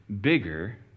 bigger